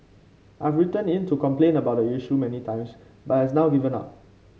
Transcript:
I've written in to complain about the issue many times but has now given up